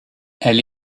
elle